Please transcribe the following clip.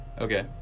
Okay